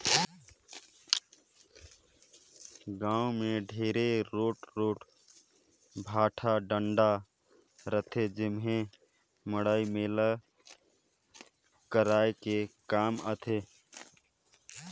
गाँव मे ढेरे रोट रोट भाठा डाँड़ रहथे जेम्हे मड़ई मेला कराये के काम आथे